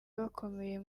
bakomeye